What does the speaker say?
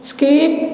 skip